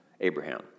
Abraham